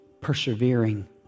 persevering